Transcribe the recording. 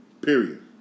period